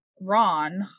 Ron